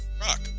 Rock